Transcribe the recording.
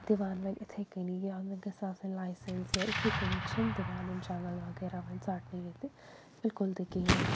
دِوان وۄنۍ یِتھَے کٔنی یا مےٚ گٔژھ آسٕنۍ لایسَنٕس یا یِتھَے کٔنی چھِنہٕ دِوان یِم جنٛگل وغیرہ وۄنۍ ژَٹنہٕ ییٚتہِ بالکُل تہِ کِہیٖنۍ